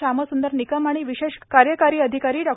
श्यामसृंदर निकम आणि विशेष कार्य अधिकारी डॉ